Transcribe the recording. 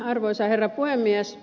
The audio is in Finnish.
arvoisa herra puhemies